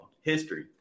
history